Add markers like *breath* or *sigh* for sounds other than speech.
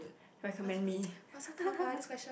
*breath* recommend me *laughs*